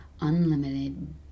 unlimited